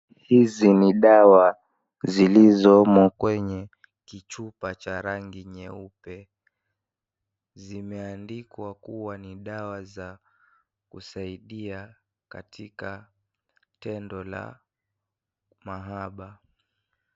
Hizi ni dawa zilizomo kwenye kichupa cha rangi nyeupe zimeandikwa kuwa ni dawa ya kusaidia katika tendo la mahaba.